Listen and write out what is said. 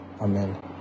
amen